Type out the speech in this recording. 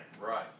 Right